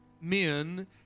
men